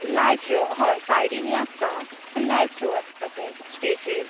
live show होय सायडीन आसता पूण लाइव शो आसता तें स्टेजीर